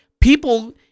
people